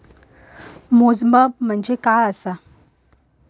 मोजमाप म्हणजे काय असा?